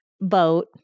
boat